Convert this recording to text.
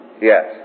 Yes